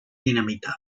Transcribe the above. dinamita